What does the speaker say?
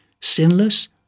sinless